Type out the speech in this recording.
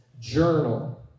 journal